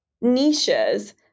niches